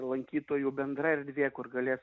lankytojų bendra erdvė kur galės